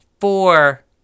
four